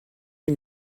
une